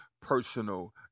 personal